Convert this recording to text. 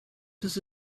does